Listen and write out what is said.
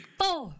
four